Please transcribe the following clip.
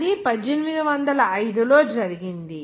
అది 1805 లో జరిగింది